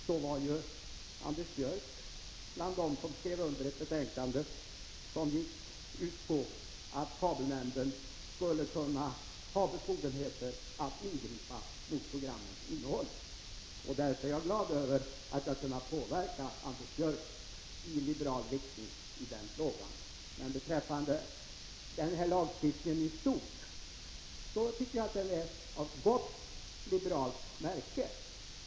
Men Anders Björck var ju en av dem som skrev under det betänkande som gick ut på att kabelnämnden skulle kunna ha befogenheter att ingripa mot programmens innehåll. Jag är således glad över att jag har kunnat påverka Anders | Björck i liberal riktning i denna fråga. I stort tycker jag att den här lagstiftningen är av gott liberalt märke.